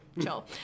chill